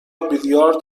بیلیارد